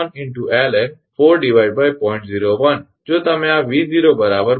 01 જો તમે આ 𝑉0 217